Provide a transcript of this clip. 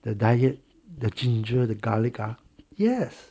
the diet the ginger the garlic ah yes